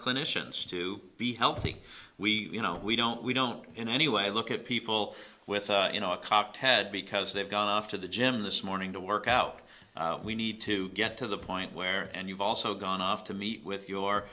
clinicians to be healthy we you know we don't we don't in any way look at people with you know a cockhead because they've gone off to the gym this morning to work out we need to get to the point where and you've also gone off to meet with your